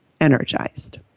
energized